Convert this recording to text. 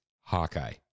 Hawkeye